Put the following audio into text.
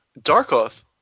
Darkoth